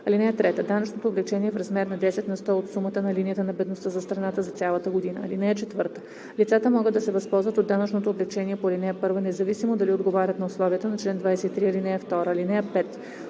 година. (3) Данъчното облекчение е в размер на 10 на сто от сумата на линията на бедността за страната за цялата година. (4) Лицата могат да се възползват от данъчното облекчение по ал. 1, независимо дали отговарят на условията на чл. 23, ал. 2. (5)